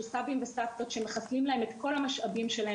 סבים וסבתות שמחסלים את כל המשאבים שלהם,